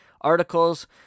articles